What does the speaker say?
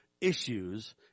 issues